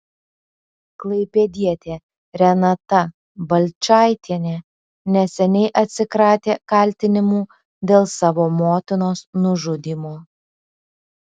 klaipėdietė renata balčaitienė neseniai atsikratė kaltinimų dėl savo motinos nužudymo